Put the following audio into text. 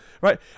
right